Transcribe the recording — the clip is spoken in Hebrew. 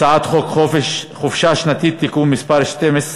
הצעת חוק חופשה שנתית (תיקון מס' 12)